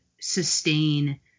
sustain